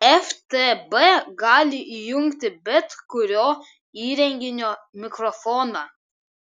ftb gali įjungti bet kurio įrenginio mikrofoną